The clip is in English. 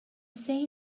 say